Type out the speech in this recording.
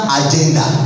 agenda